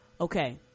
okay